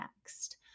next